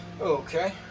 Okay